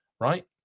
right